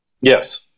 Yes